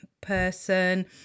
person